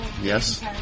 Yes